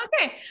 okay